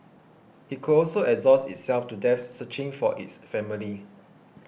it could also exhaust itself to death searching for its family